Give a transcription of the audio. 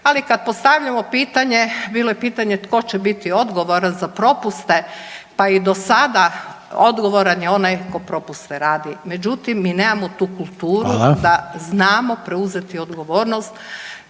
ali kad postavljamo pitanje bilo je pitanje tko će biti odgovoran za propuse pa i do sada odgovoran je onaj tko propuste radi. Međutim, mi nemamo tu kulturu …/Upadica: Hvala./… da znamo preuzeti odgovornost